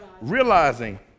Realizing